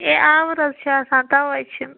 A آوُر حظ چھِ آسان تَوے چھِنہٕ